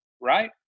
right